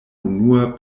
unua